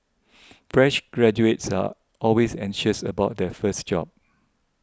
fresh graduates are always anxious about their first job